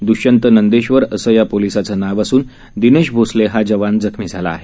द्ष्यंत नंदेश्वर असं या पोलिसाचं नाव असून दिनेश भोसले हा जवान जखमी झाला आहे